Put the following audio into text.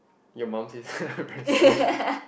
your mum says very stingy